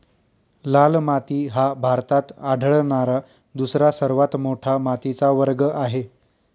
लाल माती हा भारतात आढळणारा दुसरा सर्वात मोठा मातीचा वर्ग आहे